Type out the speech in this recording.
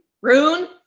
Rune